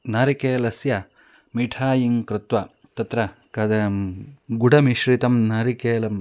नारिकेलस्य मिठायिङ्कृत्वा तत्र कथं गुडमिश्रितं नारिकेलं